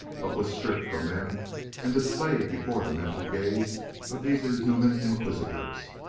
but was stripped from them and displayed before the mental gaze of these inhuman inquisitors.